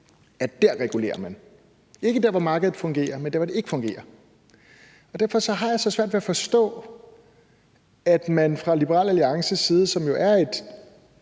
man. Man gør det ikke dér, hvor markedet fungerer, men dér, hvor det ikke fungerer. Derfor har jeg så svært ved at forstå, at man i Liberal Alliance, som jo er et